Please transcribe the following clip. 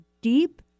deep